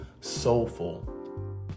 soulful